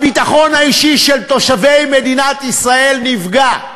הביטחון האישי של תושבי מדינת ישראל נפגע.